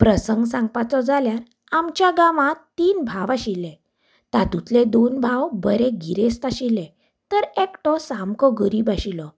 प्रसंग सांगपाचो जाल्यार आमच्या गांवात तीन भाव आशिल्ले तातूंतले दोन भाव बरें गिरेस्त आशिल्ले तर एकटो सामको गरीब आशिल्लो